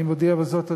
אני מודיע בזאת,